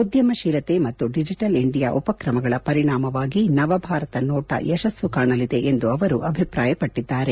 ಉದ್ಯಮಶೀಲತೆ ಮತ್ತು digital India ಉಪಕ್ರಮಗಳ ಪರಿಣಾಮವಾಗಿ ನವಭಾರತ ನೋಟ ಯಶಸ್ಸು ಕಾಣಲಿದೆ ಎಂದು ಅವರು ಅಭಿಪ್ರಾಯಪಟ್ಟಿದ್ದಾರೆ